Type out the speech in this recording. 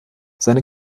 seine